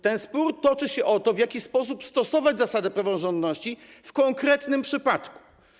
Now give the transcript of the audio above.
Ten spór toczy się o to, w jaki sposób stosować zasadę praworządności w konkretnym przypadku.